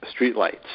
streetlights